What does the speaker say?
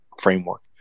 framework